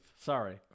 Sorry